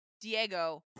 Diego